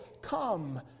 come